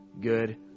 good